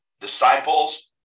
disciples